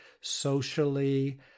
socially